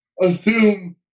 assume